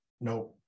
no